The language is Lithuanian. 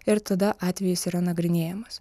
ir tada atvejis yra nagrinėjamas